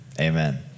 amen